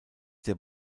der